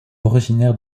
originaire